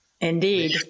Indeed